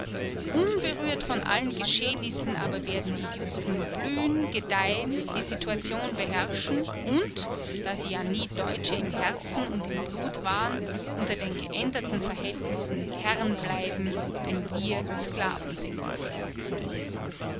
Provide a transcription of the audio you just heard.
unberührt von allen geschehnissen aber werden die juden blühen gedeihen die situation beherrschen und da sie ja nie deutsche im herzen und im blut waren unter den geänderten verhältnissen herren bleiben wenn wir sklaven sind